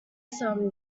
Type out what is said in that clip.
sum